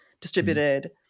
distributed